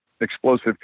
explosive